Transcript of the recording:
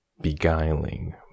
beguiling